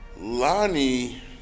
Lonnie